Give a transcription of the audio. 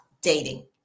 dating